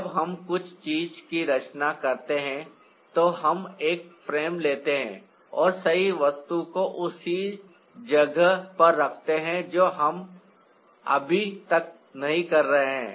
जब हम कुछ चीज़ की रचना करते हैं तो हम एक फ्रेम लेते हैं और सही वस्तु को उस सही जगह पर रखते हैं जो हम अभी तक नहीं कर रहे हैं